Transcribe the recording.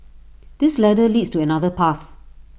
this ladder leads to another path